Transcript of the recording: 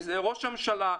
ראש הממשלה,